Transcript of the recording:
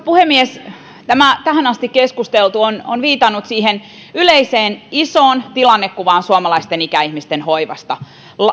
puhemies tämä tähän asti keskusteltu on on viitannut siihen yleiseen isoon tilannekuvaan suomalaisten ikäihmisten hoivasta